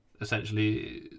essentially